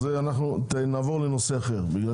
נעבור לנושא אחר.